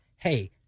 hey